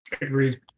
Agreed